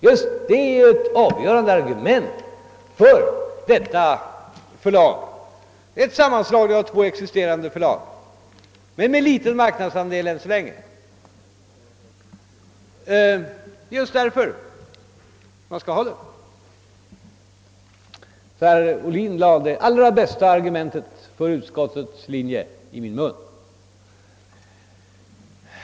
Just detta är ett avgörande skäl för sammanslagningen av de ifrågavarande två förlagen som ännu så länge har en liten marknadsandel. Herr Ohlin lade det allra bästa argumentet för utskottets linje i min mun.